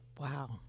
wow